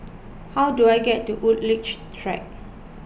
How do I get to Woodleigh Track